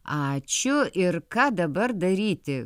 ačiū ir ką dabar daryti